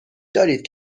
دارید